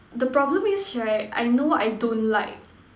the problem is right I know what I don't like